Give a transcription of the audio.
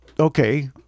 Okay